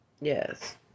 Yes